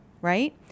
right